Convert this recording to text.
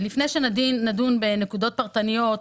לפני שנדון בנקודות פרטניות,